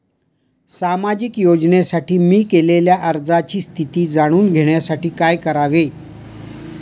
सामाजिक योजनेसाठी मी केलेल्या अर्जाची स्थिती जाणून घेण्यासाठी काय करावे?